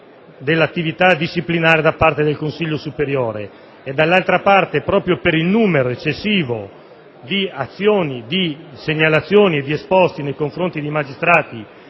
dell'attività disciplinare per il Consiglio superiore della magistratura; d'altronde, proprio per il numero eccessivo di azioni, di segnalazioni e di esposti nei confronti di magistrati